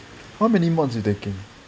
how many mods you taking